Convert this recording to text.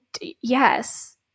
yes